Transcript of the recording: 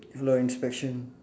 a lot inspection